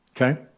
Okay